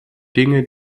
dinge